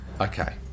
Okay